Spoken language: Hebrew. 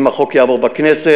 אם החוק יעבור בכנסת.